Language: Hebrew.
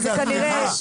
חברים שנייה.